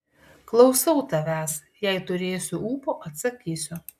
klausau tavęs jei turėsiu ūpo atsakysiu